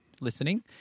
listening